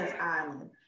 Island